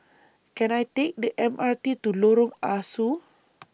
Can I Take The M R T to Lorong Ah Soo